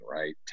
right